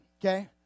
okay